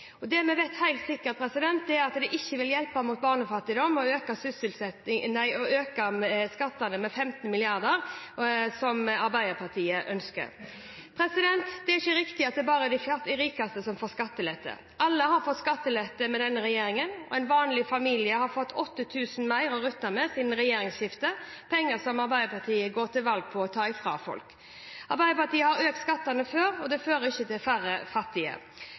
Det vi vet helt sikkert, er at det ikke vil hjelpe mot barnefattigdom å øke skattene med 15 mrd. kr, slik Arbeiderpartiet ønsker. Det er ikke riktig at det bare er de rikeste som får skattelette. Alle har fått skattelette med denne regjeringen, og en vanlig familie har fått 8 000 kr mer å rutte med siden regjeringsskiftet, penger som Arbeiderpartiet går til valg på å ta fra folk. Arbeiderpartiet har økt skattene før, og det fører ikke til færre fattige.